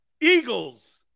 Eagles